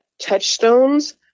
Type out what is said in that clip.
touchstones